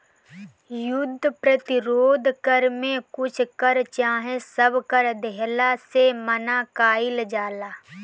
युद्ध प्रतिरोध कर में कुछ कर चाहे सब कर देहला से मना कईल जाला